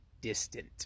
distant